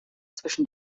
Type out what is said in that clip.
zwischen